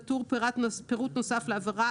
בטור "פירוט נוסף לעבירה",